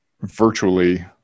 virtually